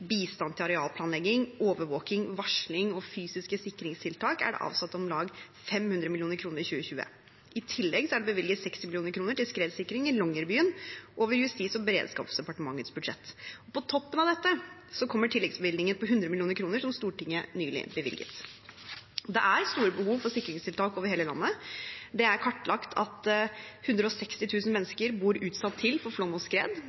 bistand til arealplanlegging, overvåking, varsling og fysiske sikringstiltak er det avsatt om lag 500 mill. kr i 2020. I tillegg er det bevilget 60 mill. kr til skredsikring i Longyearbyen over Justis- og beredskapsdepartementets budsjett. På toppen av dette kommer det tilleggsbevilgninger på 100 mill. kr som Stortinget nylig bevilget. Det er store behov for sikringstiltak over hele landet. Det er kartlagt at 160 000 mennesker bor utsatt til for flom og skred.